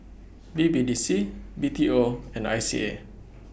B B D C B T O and I C A